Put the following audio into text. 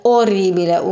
orribile